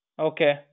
Okay